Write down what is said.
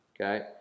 Okay